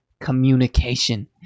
communication